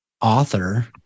author